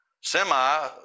semi